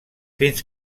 fins